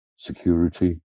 Security